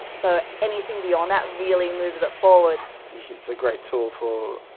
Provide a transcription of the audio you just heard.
so anything beyond that really moves it forwards. it is a great tool for